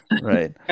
Right